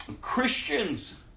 Christians